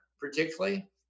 particularly